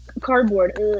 cardboard